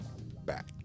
back